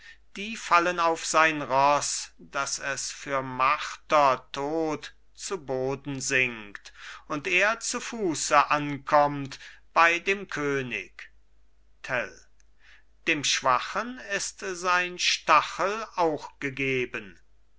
die fallen auf sein ross dass es für marter tot zu boden sinkt und er zu fuße ankommt bei dem könig tell dem schwachen ist sein stachel auch gegeben